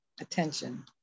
attention